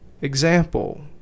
Example